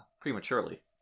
prematurely